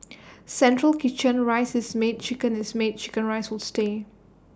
central kitchen rice is made chicken is made Chicken Rice will stay